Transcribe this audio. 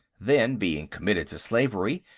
then, being committed to slavery,